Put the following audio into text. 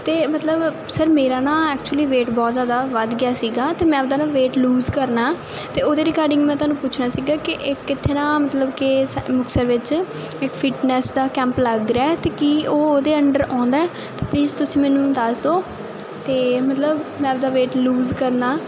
ਅਤੇ ਮਤਲਬ ਸਰ ਮੇਰਾ ਨਾ ਐਕਚੁਲੀ ਵੇਟ ਬਹੁਤ ਜ਼ਿਆਦਾ ਵੱਧ ਗਿਆ ਸੀਗਾ ਅਤੇ ਮੈਂ ਆਪਦਾ ਨਾ ਵੇਟ ਲੂਸ ਕਰਨਾ ਅਤੇ ਉਹਦੇ ਰਿਕਾਰਡਿੰਗ ਮੈਂ ਤੁਹਾਨੂੰ ਪੁੱਛਣਾ ਸੀਗਾ ਕਿ ਇਹ ਕਿੱਥੇ ਨਾ ਮਤਲਬ ਕਿ ਸ ਮੁਕਤਸਰ ਵਿੱਚ ਇੱਕ ਫਿਟਨੈਸ ਦਾ ਕੈਂਪ ਲੱਗ ਰਿਹਾ ਅਤੇ ਕੀ ਉਹ ਉਹਦੇ ਅੰਡਰ ਆਉਂਦਾ ਅਤੇ ਪਲੀਜ਼ ਤੁਸੀਂ ਮੈਨੂੰ ਦੱਸ ਦਿਓ ਅਤੇ ਮਤਲਬ ਮੈਂ ਆਪਦਾ ਵੇਟ ਲੂਸ ਕਰਨਾ